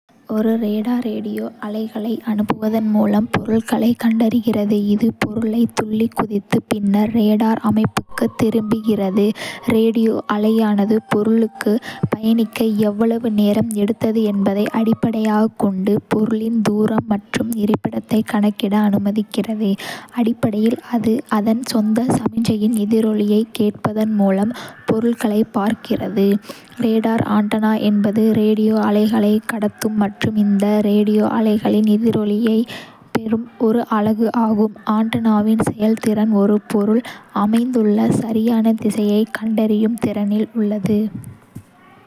ஒரு radar radio அலைகளை அனுப்புவதன் மூலம் பொருட்களைக் கண்டறிகிறது, இது பொருளைத் துள்ளிக் குதித்து, பின்னர் ரேடார் அமைப்புக்குத் திரும்புகிறது, ரேடியோ அலையானது பொருளுக்குப் பயணிக்க எவ்வளவு நேரம் எடுத்தது என்பதை அடிப்படையாகக் கொண்டு பொருளின் தூரம் மற்றும் இருப்பிடத்தைக் கணக்கிட அனுமதிக்கிறது. அடிப்படையில், அது அதன் சொந்த சமிக்ஞையின் எதிரொலியைக் கேட்பதன் மூலம் பொருட்களை "பார்க்கிறது. ரேடார் ஆண்டெனா என்பது ரேடியோ அலைகளை கடத்தும் மற்றும் இந்த ரேடியோ அலைகளின் எதிரொலிகளைப் பெறும் ஒரு அலகு ஆகும். ஆன்டெனாவின் செயல்திறன் ஒரு பொருள் அமைந்துள்ள சரியான திசையைக் கண்டறியும் திறனில் உள்ளது.